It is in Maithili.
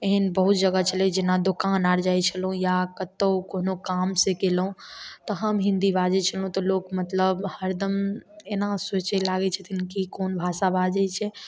एहन बहुत जगह छलै जेना दोकान आर जाइ छलहुॅं या कतौ कोनो काम से गेलहुॅं तऽ हम हिन्दी बाजै छलहुॅं तऽ लोक मतलब हरदम एना सोचै लागै छथिन कि कोन भाषा बाजै छै